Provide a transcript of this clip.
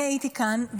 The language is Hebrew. אני הייתי כאן,